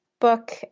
book